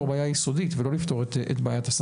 וכידוע יש גורם אחד בממשלה שמוסמך לנהל משא ומתן על השכר.